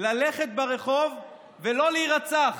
ללכת ברחוב ולא להירצח?